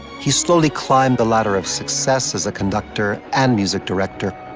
he slowly climbed the ladder of success as a conductor and music director,